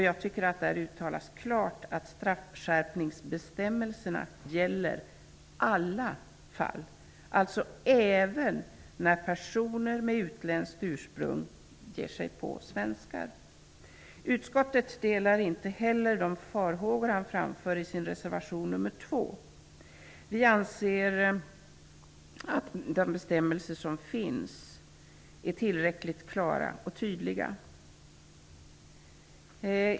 Jag tycker att det där uttalas klart att straffskärpningsbestämmelserna gäller alla fall, alltså även när personer med utländskt ursprung ger sig på svenskar. Utskottet delar inte heller de farhågor Karl Gustaf Sjödin framför i sin andra reservation. Vi anser att de bestämmelser som finns är tillräckligt klara och tydliga.